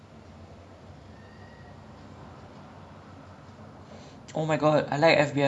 behavioural science to apprehend serial killers like how they started understanding how